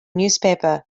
newspaper